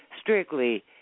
Strictly